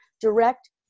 direct